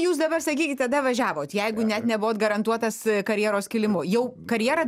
jūs dabar sakykit kada važiavot jeigu net nebuvot garantuotas karjeros kilimu jau karjera